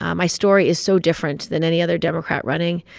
um my story is so different than any other democrat running.